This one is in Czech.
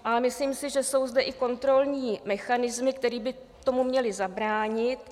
Ale myslím si, že jsou zde i kontrolní mechanismy, které by tomu měly zabránit.